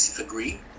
agree